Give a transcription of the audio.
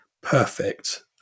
perfect